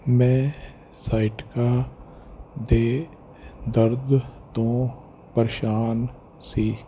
ਮੈਂ ਸਾਈਟਕਾ ਦੇ ਦਰਦ ਤੋਂ ਪਰੇਸ਼ਾਨ ਸੀ